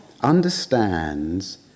understands